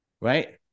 Right